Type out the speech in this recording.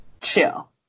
chill